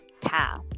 path